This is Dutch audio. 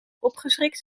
opgeschrikt